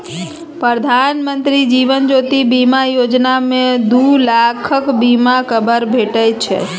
प्रधानमंत्री जीबन ज्योती बीमा योजना मे दु लाखक बीमा कबर भेटै छै